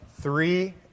Three